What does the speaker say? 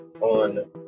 on